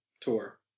tour